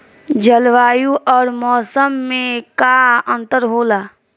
जलवायु और मौसम में का अंतर होला?